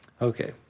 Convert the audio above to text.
Okay